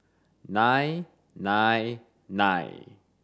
nine nine nine